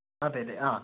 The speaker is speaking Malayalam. അതെ അതെ ആ